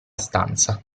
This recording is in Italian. stanza